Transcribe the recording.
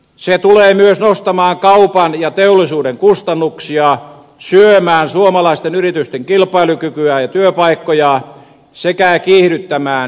se tulee myös nostamaan kaupan ja teollisuuden kustannuksia syömään suomalaisten yritysten kilpailukykyä ja työpaikkoja sekä kiihdyttämään inflaatiota